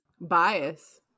Bias